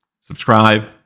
subscribe